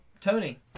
Tony